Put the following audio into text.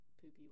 poopy